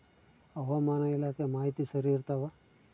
ಹವಾಮಾನ ಇಲಾಖೆ ಮಾಹಿತಿ ಸರಿ ಇರ್ತವ?